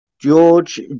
George